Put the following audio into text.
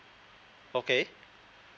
okay